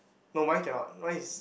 no my cannot my is